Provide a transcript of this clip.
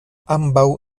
ambaŭ